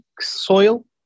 soil